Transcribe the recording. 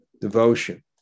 devotion